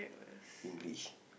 English